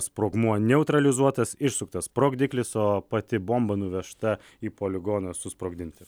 sprogmuo neutralizuotas išsuktas sprogdiklis o pati bomba nuvežta į poligoną susprogdinti